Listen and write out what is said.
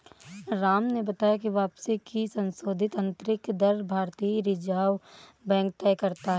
राम ने बताया की वापसी की संशोधित आंतरिक दर भारतीय रिजर्व बैंक तय करता है